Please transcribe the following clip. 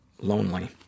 lonely